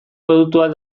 produktuak